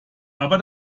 aber